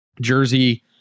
Jersey